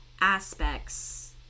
aspects